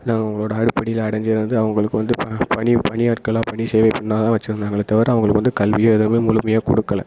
உங்களோட அடுப்படியில் அடைஞ்சிறது அவங்களுக்கு வந்து ப பணி பணி ஆட்களாக பணி செய்யற பெண்ணாக தான் வச்சுருந்தாங்களே தவிர அவங்களுக்கு வந்து கல்வி எதுவுமே முழுமையாக கொடுக்கல